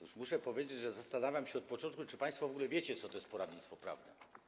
Otóż muszę powiedzieć, że zastanawiam się od początku, czy państwo w ogóle wiecie, co to jest poradnictwo prawne.